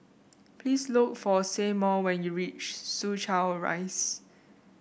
please look for Seymour when you reach Soo Chow Rise